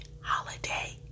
Holiday